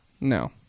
No